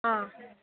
ಹಾಂ